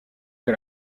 que